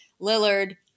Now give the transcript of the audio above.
Lillard